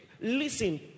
Listen